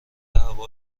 هوا